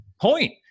point